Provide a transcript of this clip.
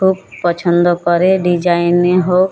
খুব পছন্দ করে ডিজাইনে হোক